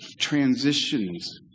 transitions